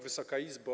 Wysoka Izbo!